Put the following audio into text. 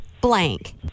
blank